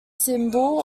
symbol